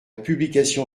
publication